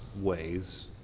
ways